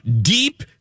deep